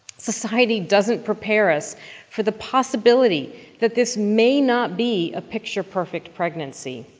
society doesn't prepare us for the possibility that this may not be a picture-perfect pregnancy.